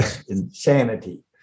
insanity